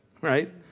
right